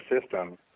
system